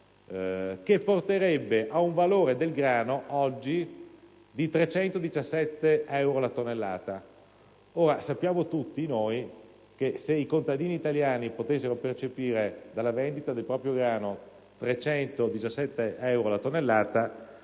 che porterebbe ad un valore del grano oggi di 317 euro la tonnellata. Ora, sappiamo tutti che se i contadini italiani potessero percepire dalla vendita del proprio grano 317 euro alla tonnellata